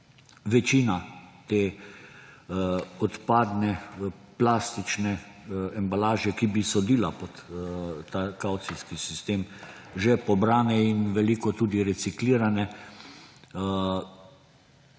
večina te odpadne plastične embalaže, ki bi sodila pod ta kavcijski sistem, že pobrane in veliko tudi reciklirane,